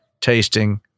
tasting